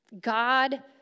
God